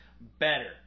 better